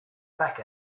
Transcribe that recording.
back